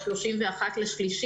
ב-31.3,